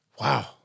Wow